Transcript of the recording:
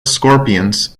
scorpions